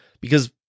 because-